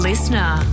Listener